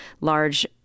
large